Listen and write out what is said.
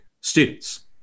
students